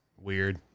Weird